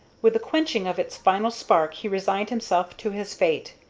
with the quenching of its final spark he resigned himself to his fate.